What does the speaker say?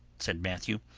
said matthew.